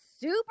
super